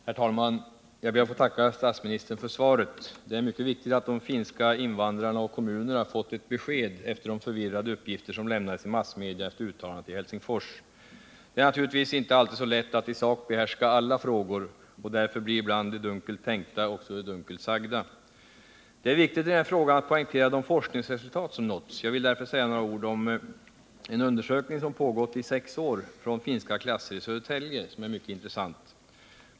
Herr talman! Jag ber att få tacka statsministern för svaret. Det är mycket viktigt att de finska invandrarna och kommunerna har fått ett besked efter de förvirrade uppgifter som lämnades i massmedia efter uttalandet i Helsingfors. Det är naturligtvis inte alltid så lätt att i sak behärska alla frågor, och därför blir ibland det dunkelt tänkta också det dunkelt sagda. Det är viktigt i den här frågan att poängtera de forskningsresultat som nåtts. Jag vill därför säga några ord om en undersökning som pågått under sex år i finska klasser i Södertälje, som är mycket intressant.